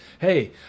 hey